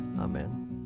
Amen